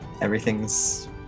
Everything's